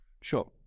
Sure